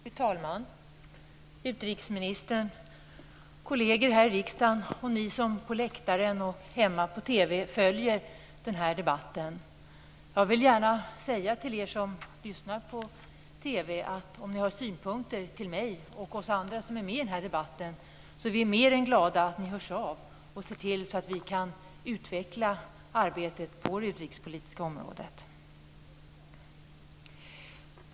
Fru talman! Utrikesministern! Kolleger här i riksdagen och ni som på läktaren och hemma på TV följer den här debatten! Jag vill gärna säga till er som lyssnar på TV att om ni har synpunkter till mig eller oss andra som är med i den här debatten är vi mer än glada om ni hörs av så att vi kan utveckla arbetet på det utrikespolitiska området.